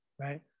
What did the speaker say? right